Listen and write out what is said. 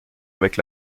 avec